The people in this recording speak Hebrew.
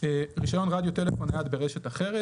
רישיון רדיו טלפון נייד ברשת אחרת.